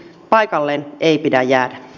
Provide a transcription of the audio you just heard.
paikalleen ei pidä jäädä